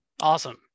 Awesome